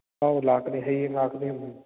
ꯑꯥꯎ ꯂꯥꯛꯀꯅꯤ ꯍꯌꯦꯡ ꯂꯥꯛꯀꯅꯤ ꯍꯥꯏꯕꯅꯤ